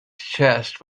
chest